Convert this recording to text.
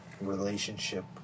relationship